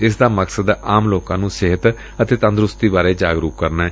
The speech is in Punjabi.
ਇਸ ਦਾ ਮਕਸਦ ਆਮ ਲੋਕਾਂ ਨੂੰ ਸਿਹਤ ਅਤੇ ਤੰਦਰੁਸਤੀ ਬਾਰੇ ਜਾਗਰੂਕ ਕਰਨਾ ਏ